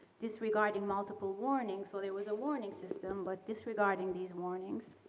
disregarding multiple warning, so there was a warning system but disregarding these warnings,